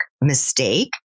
mistake